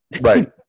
right